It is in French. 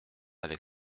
avec